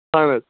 اَہَن حظ